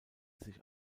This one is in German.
sich